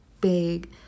big